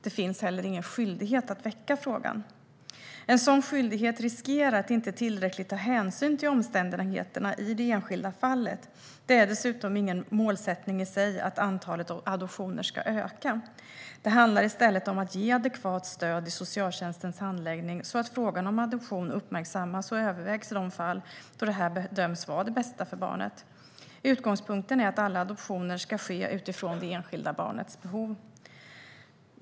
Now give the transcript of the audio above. Det finns heller ingen skyldighet att väcka frågan. En sådan skyldighet riskerar att inte tillräckligt ta hänsyn till omständigheterna i det enskilda fallet. Det är dessutom ingen målsättning i sig att antalet adoptioner ska öka. Det handlar i stället om att ge adekvat stöd i socialtjänstens handläggning så att frågan om adoption uppmärksammas och övervägs i de fall då detta bedöms vara det bästa för barnet. Utgångspunkten är att alla adoptioner ska ske utifrån det enskilda barnets behov.